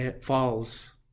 falls